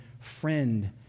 friend